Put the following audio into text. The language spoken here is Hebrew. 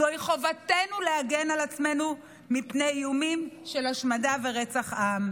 זוהי חובתנו להגן על עצמנו מפני איומים של השמדה ורצח עם.